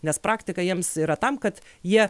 nes praktika jiems yra tam kad jie